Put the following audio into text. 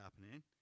happening